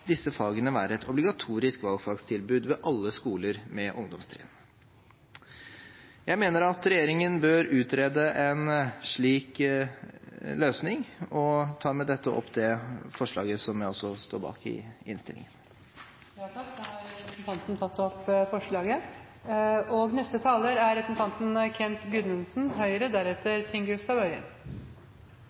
disse fagene være obligatoriske valgfagstilbud ved alle skoler med ungdomstrinn. Jeg mener at regjeringen bør utrede en slik løsning, og tar med dette opp forslaget fra Kristelig Folkeparti i innstillingen. Representanten Anders Tyvand har tatt opp det forslaget